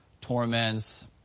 torments